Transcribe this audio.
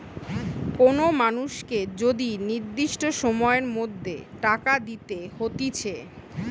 কোন মানুষকে যদি নির্দিষ্ট সময়ের মধ্যে টাকা দিতে হতিছে